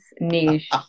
niche